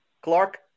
Clark